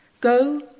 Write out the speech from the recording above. Go